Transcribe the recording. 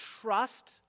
trust